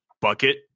bucket